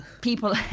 people